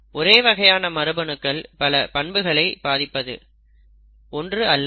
ஒரே வகையான மரபணுக்கள் பல பண்புகளை பாதிப்பது ஒன்று அல்ல பல பினோடைப்ஸ்களை பாதிக்கும்